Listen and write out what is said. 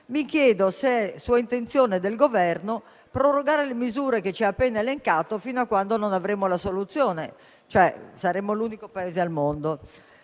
mi chiedo se è intenzione sua e del Governo prorogare le misure che ci ha appena elencato fino a quando non arriveremo a tale soluzione: saremmo l'unico Paese al mondo.